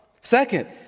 Second